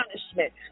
punishment